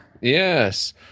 Yes